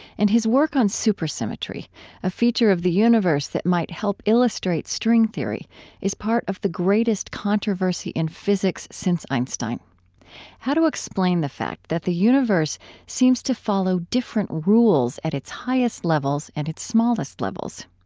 and his work on supersymmetry a feature of the universe that might help illustrate string theory is part of the greatest controversy in physics since einstein how to explain the fact that the universe seems to follow different rules at its highest levels and its smallest levels?